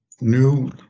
new